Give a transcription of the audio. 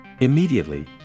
Immediately